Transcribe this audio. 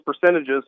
percentages